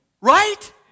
Right